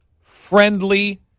friendly